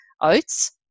oats